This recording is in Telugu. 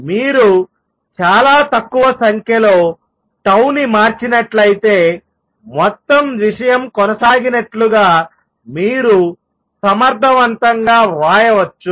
మీరు చాలా తక్కువ సంఖ్యలో 𝜏 ని మార్చినట్లయితే మొత్తం విషయం కొనసాగినట్లుగా మీరు సమర్థవంతంగా వ్రాయవచ్చు